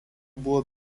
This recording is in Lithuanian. buvo